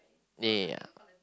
yeah